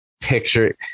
picture